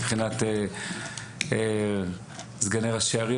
מבחינת סגני ראשי ערים,